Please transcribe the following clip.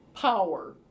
power